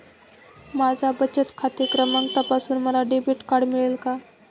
माझा बचत खाते क्रमांक तपासून मला डेबिट कार्ड मिळेल का?